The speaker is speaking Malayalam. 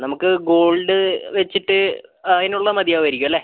നമുക്ക് ഗോൾഡ് വെച്ചിട്ട് അതിനുള്ളത് മതിയാവായിരിക്കുംലെ